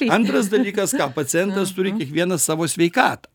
antras dalykas ką pacientas turi kiekvienas savo sveikatą